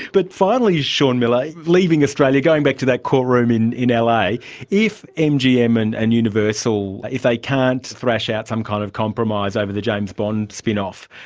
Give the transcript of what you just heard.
but finally, shaun miller, leaving australia, going back to that courtroom in in la, if mgm and and universal, if they can't thrash out some kind of compromise over the james bond spinoff,